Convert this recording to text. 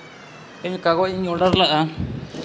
ᱤᱧ ᱠᱟᱜᱚᱡᱽ ᱤᱧ ᱚᱰᱟᱨ ᱞᱟᱜᱼᱟ